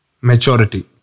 Maturity